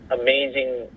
amazing